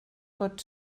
pot